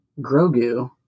Grogu